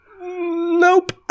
Nope